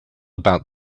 about